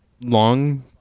long